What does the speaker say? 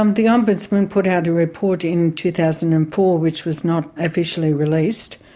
um the ombudsman put out a report in two thousand and four which was not officially released.